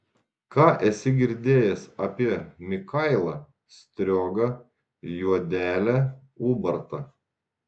ką esi girdėjęs apie mikailą striogą juodelę ubartą